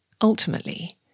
Ultimately